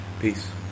Peace